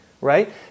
right